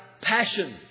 passion